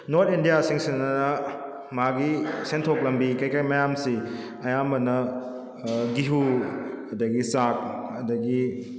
north ꯏꯟꯗꯤꯌꯥꯁꯤꯡꯁꯤꯗꯅ ꯃꯥꯒꯤ ꯁꯦꯟꯊꯣꯛ ꯂꯝꯕꯤ ꯀꯩꯀꯩ ꯃꯌꯥꯝꯁꯤ ꯑꯌꯥꯝꯕꯅ ꯒꯦꯍꯨ ꯑꯗꯒꯤ ꯆꯥꯛ ꯑꯗꯒꯤ